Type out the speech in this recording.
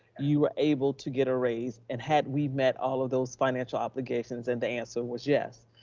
you were able to get a raise and had we met all of those financial obligations and the answer was yes.